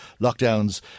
lockdowns